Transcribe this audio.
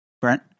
Brent